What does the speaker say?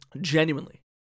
Genuinely